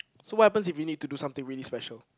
so what happens if you need to do something really special